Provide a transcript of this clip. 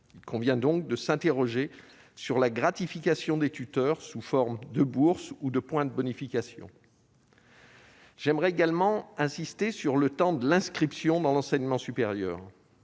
Il convient donc de s'interroger sur la gratification des tuteurs sous forme de bourses ou de points de bonification. J'aimerais également insister sur le temps de l'inscription dans l'enseignement supérieur.